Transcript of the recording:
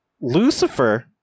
Lucifer